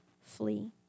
flee